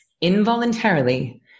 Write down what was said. involuntarily